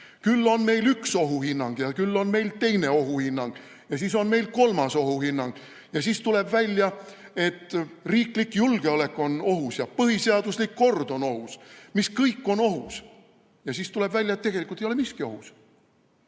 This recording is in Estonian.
Küll on meil üks ohuhinnang ja küll on meil teine ohuhinnang ja siis on meil kolmas ohuhinnang ja siis tuleb välja, et riiklik julgeolek on ohus ja põhiseaduslik kord on ohus – mis kõik on ohus. Ja siis tuleb välja, et tegelikult ei ole miski ohus.